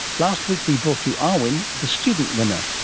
last week we brought you arwyn, the student winner.